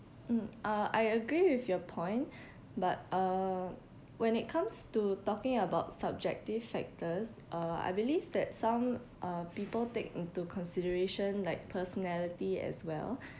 mm uh I agree with your point but uh when it comes to talking about subjective factors uh I believe that some uh people take into consideration like personality as well